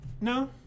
No